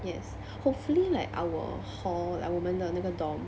yes hopefully like our hall like 我们的那个 dorm